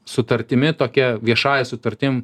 sutartimi tokia viešąja sutartim